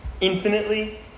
infinitely